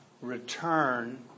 return